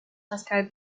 pascal